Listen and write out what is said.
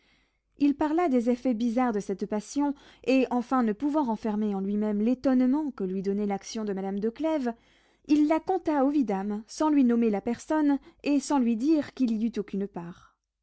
il parla des effets bizarres de cette passion et enfin ne pouvant renfermer en lui-même l'étonnement que lui donnait l'action de madame de clèves il la conta au vidame sans lui nommer la personne et sans lui dire qu'il y eût aucune part